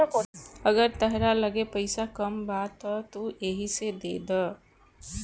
अगर तहरा लगे पईसा कम बा त तू एही से देद